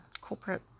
corporate